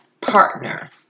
partner